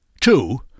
Two